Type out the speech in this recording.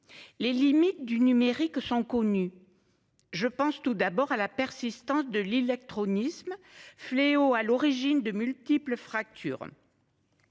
Les limites du numérique sont connues. Je pense tout d'abord à la persistance de l'illectronisme, fléau à l'origine de multiples fractures.